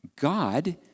God